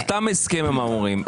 נחתם הסכם עם המורים,